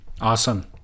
Awesome